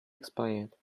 expired